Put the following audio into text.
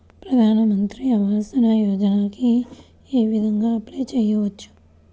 ప్రధాన మంత్రి ఆవాసయోజనకి ఏ విధంగా అప్లే చెయ్యవచ్చు?